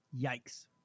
Yikes